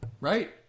Right